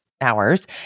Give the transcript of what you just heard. hours